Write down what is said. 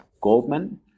Goldman